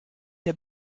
der